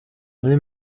muri